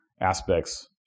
aspects